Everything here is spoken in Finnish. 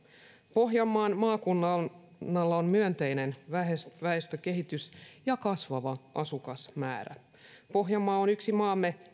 pohjanmaan maakunnalla on myönteinen väestökehitys ja kasvava asukasmäärä pohjanmaa on yksi maamme